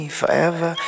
forever